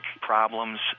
problems